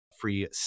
free